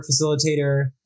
facilitator